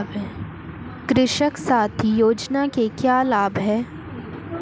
कृषक साथी योजना के क्या लाभ हैं?